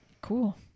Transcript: cool